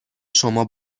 شما